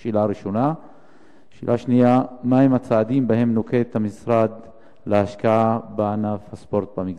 2. מהם הצעדים שנוקט המשרד להשקעה בענף הספורט במגזר?